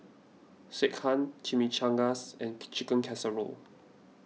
Sekihan Chimichangas and Chicken Casserole